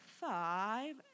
five